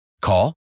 Call